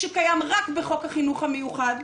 שקיים רק בחוק החינוך המיוחד,